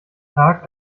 tag